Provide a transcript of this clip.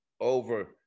over